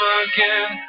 again